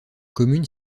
commune